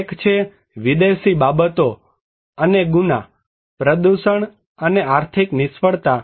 એક છે વિદેશી બાબતો અને ગુના પ્રદૂષણ અને આર્થિક નિષ્ફળતા